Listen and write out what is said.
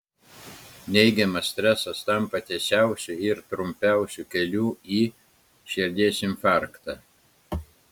neigiamas stresas tampa tiesiausiu ir trumpiausiu keliu į širdies infarktą